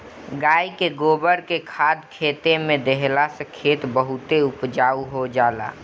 गाई के गोबर के खाद खेते में देहला से खेत बहुते उपजाऊ हो जाला